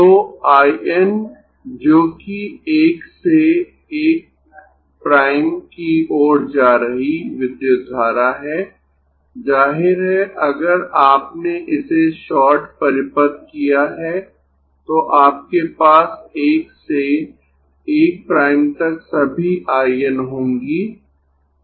तो I N जो कि 1 से 1 प्राइम की ओर जा रही विद्युत धारा है जाहिर है अगर आपने इसे शॉर्ट परिपथ किया है तो आपके पास 1 से 1 प्राइम तक सभी I N होंगीं